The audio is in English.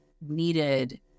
needed